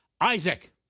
Isaac